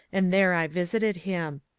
and there i visited him.